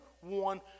one